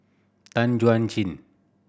Tan Chuan Jin